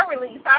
release